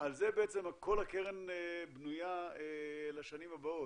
על זה בעצם כל הקרן בנויה לשנים הבאות.